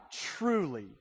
truly